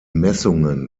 messungen